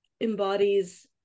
embodies